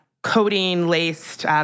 codeine-laced